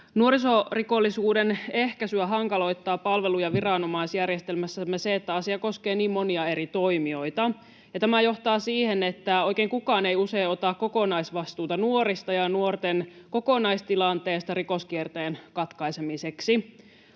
Nuorisorikollisuuden ehkäisyä hankaloittaa palvelu- ja viranomaisjärjestelmässämme se, että asia koskee niin monia eri toimijoita. Tämä johtaa siihen, että oikein kukaan ei usein ota kokonaisvastuuta nuorista ja nuorten kokonaistilanteesta rikoskierteen katkaisemiseksi.